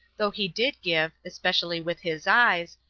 though he did give, especially with his eyes,